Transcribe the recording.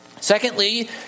Secondly